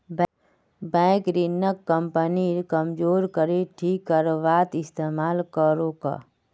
bank ऋणक कंपनीर कमजोर कड़ी ठीक करवात इस्तमाल करोक